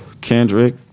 Kendrick